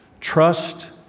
trust